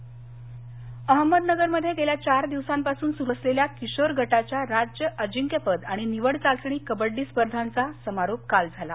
अहमदनगर अहमदनगरमध्ये गेल्या चार दिवसापासून सुरू असलेल्या किशोर गटाच्या राज्य अजिंक्यपद आणि निवड चाचणी कबड्डी स्पर्धाचा काल समारोप झाला